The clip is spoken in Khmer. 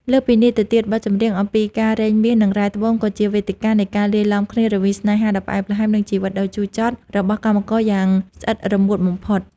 លើសពីនេះទៅទៀត បទចម្រៀងអំពីការរែងមាស និងរ៉ែត្បូងក៏ជាវេទិកានៃការលាយឡំគ្នារវាងស្នេហាដ៏ផ្អែមល្ហែម និងជីវិតដ៏ជូរចត់របស់កម្មករយ៉ាងស្អិតរមួតបំផុត។